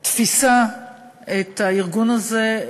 אני שותפה לתפיסה לגבי הארגון הזה,